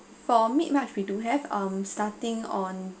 for mid march we do have um starting on